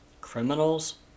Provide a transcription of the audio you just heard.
criminals